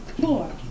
four